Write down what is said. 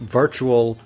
virtual